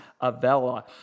Avella